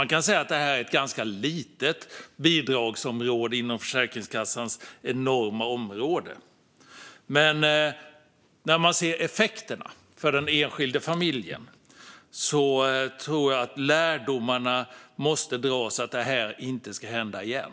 Man kan säga att detta är ett litet bidragsområde inom Försäkringskassans enorma område, men när man ser effekterna för den enskilda familjen tror jag att man måste dra lärdomen att detta inte får hända igen.